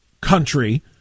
country